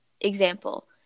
example